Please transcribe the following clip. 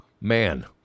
man